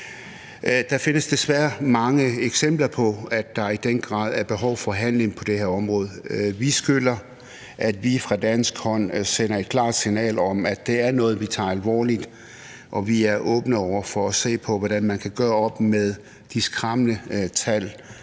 Der findes desværre mange eksempler på, at der i den grad er behov for handling på det her område. Vi skylder, at vi fra dansk side sender et klart signal om, at det er noget, vi tager alvorligt, og at vi er åbne over for at se på, hvordan man kan gøre op med de skræmmende tal,